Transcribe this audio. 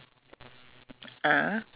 ah last time tepak s~